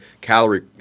calorie